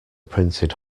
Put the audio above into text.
printed